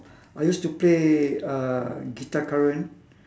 I used to play uh guitar current